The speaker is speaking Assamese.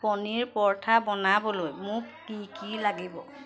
পনীৰ পৰঠা বনাবলৈ মোক কি কি লাগিব